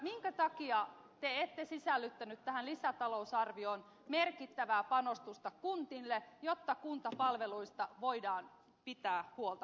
minkä takia te ette sisällyttäneet tähän lisätalousarvioon merkittävää panostusta kunnille jotta kuntapalveluista voidaan pitää huolta myös tulevaisuudessa